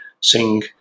sing